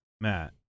Matt